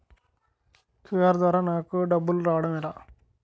QR ద్వారా నాకు డబ్బులు రావడం ఎలా?